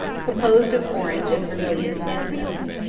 composed of orange and vermilion sandstones.